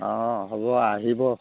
অঁ হ'ব আহিব